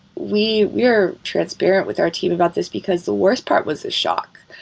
we we are transparent with our team about this, because the worst part was the shock,